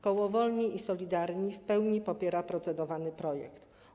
Koło Wolni i Solidarni w pełni popiera procedowany projekt.